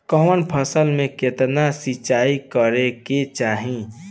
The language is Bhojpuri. कवन फसल में केतना सिंचाई करेके चाही?